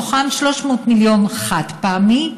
שמתוכם 300 מיליון היו סכום חד-פעמי,